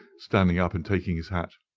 standing up and taking his hat.